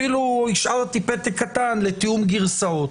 אפילו השארתי פתק קטן לתיאום גרסאות.